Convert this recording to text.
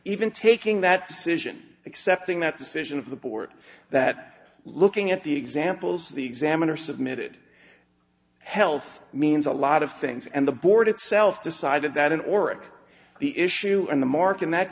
even taking that decision accepting that decision of the board that looking at the examples the examiner submitted health means a lot of things and the board itself decided that in orrick the issue and the mark in that